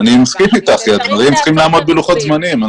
אני מסכים אתך כי הדברים צריכים לעמוד בלוחות זמנים.